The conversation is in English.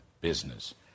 business